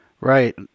Right